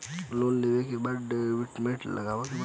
Loan लेवे के का डॉक्यूमेंट लागेला?